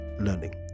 learning